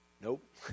Nope